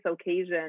occasion